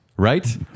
right